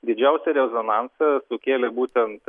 didžiausią rezonansą sukėlė būtent